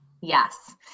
yes